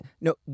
no